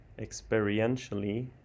experientially